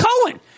Cohen